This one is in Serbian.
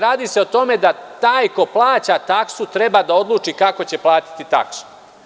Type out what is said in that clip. Radi se o tome da taj ko plaća taksu treba da odluči kako će platiti taksu.